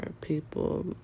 people